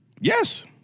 Yes